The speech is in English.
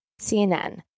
CNN